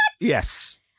Yes